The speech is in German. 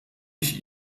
ich